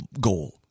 goal